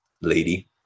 lady